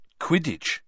Quidditch